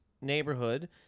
neighborhood